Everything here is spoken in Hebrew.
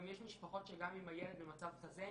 יש משפחות שגם אם הילד במצב כזה,